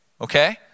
Okay